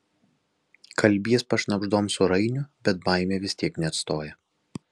kalbies pašnabždom su rainiu bet baimė vis tiek neatstoja